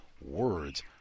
words